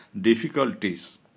difficulties